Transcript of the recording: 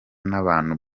n’abantu